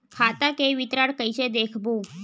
खाता के विवरण कइसे देखबो?